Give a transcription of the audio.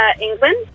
England